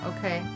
Okay